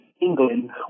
England